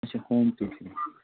اچھا home teaching